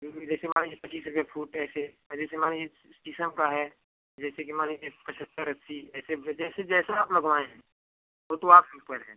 क्योंकि जैसे मान लीजिए पच्चीस रुपये फूट ऐसे जैसे मान लीजिए शीशम का है जैसे कि मान लीजिए पचहत्तर अस्सी ऐसे जैसे जैसे आप लगवाएँ हैं वो तो आपके ऊपर है